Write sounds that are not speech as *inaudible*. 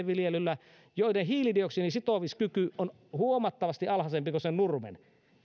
*unintelligible* viljelyllä joiden hiilidioksidin sitomiskyky on huomattavasti alhaisempi kuin sen nurmen